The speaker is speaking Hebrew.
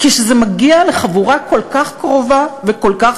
כשזה מגיע לחבורה כל כך קרובה וכל כך